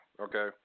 okay